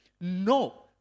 no